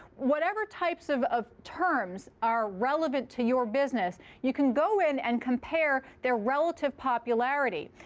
whatever types of of terms are relevant to your business, you can go in and compare their relative popularity.